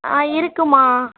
ஆ இருக்குதும்மா